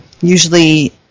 usually